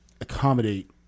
Accommodate